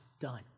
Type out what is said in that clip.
done